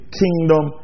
kingdom